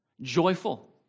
joyful